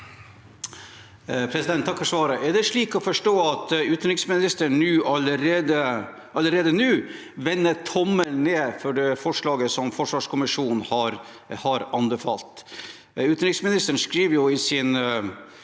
Takk for svaret. Er det slik å forstå at utenriksministeren allerede nå vender tommelen ned for det forslaget som forsvarskommisjonen har anbefalt?